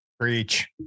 Preach